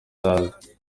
batazi